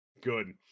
Good